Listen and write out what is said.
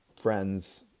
friends